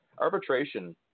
arbitration